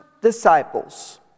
disciples